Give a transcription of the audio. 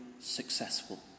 successful